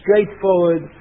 straightforward